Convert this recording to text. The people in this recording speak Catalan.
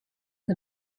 que